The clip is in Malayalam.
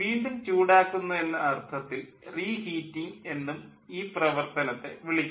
വീണ്ടും ചൂടാക്കുന്നു എന്ന അർത്ഥത്തിൽ റീഹീറ്റിംഗ് എന്നും ഈ പ്രവർത്തനത്തെ വിളിക്കുന്നു